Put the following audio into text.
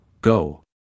go